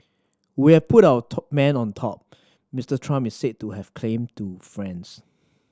we have put our man on top Mister Trump is said to have claimed to friends